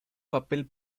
papel